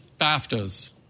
BAFTAs